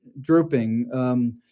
drooping